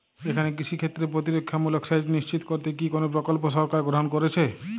এখানে কৃষিক্ষেত্রে প্রতিরক্ষামূলক সেচ নিশ্চিত করতে কি কোনো প্রকল্প সরকার গ্রহন করেছে?